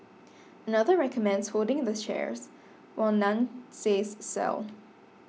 another recommends holding the shares while none says sell